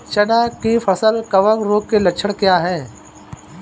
चना की फसल कवक रोग के लक्षण क्या है?